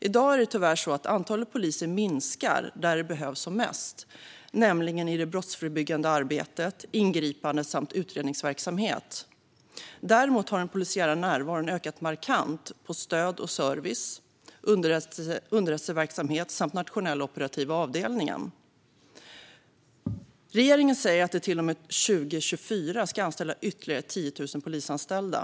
I dag är det tyvärr så att antalet poliser minskar där de behövs som mest, nämligen i det brottsförebyggande arbetet, vid ingripanden samt i utredningsverksamhet. Däremot har den polisiära närvaron ökat markant i fråga om stöd och service, underrättelseverksamhet samt Nationella operativa avdelningen. Regeringen säger att det till och med 2024 ska anställas ytterligare 10 000 polisanställda.